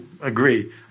agree